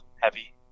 heavy